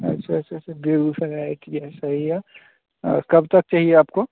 अच्छा अच्छा अच्छा अच्छा बेगूसराय आई टी आई सही है और कब तक चाहिए आपको